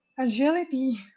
Agility